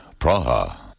Praha